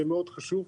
זה מאוד חשוב.